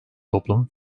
toplum